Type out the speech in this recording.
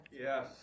Yes